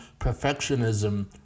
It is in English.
perfectionism